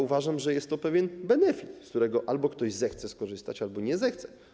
Uważam, że jest to pewien benefit, z którego ktoś albo zechce skorzystać, albo nie zechce.